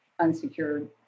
unsecured